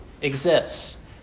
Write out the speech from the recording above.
exists